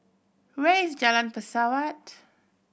where is Jalan Pesawat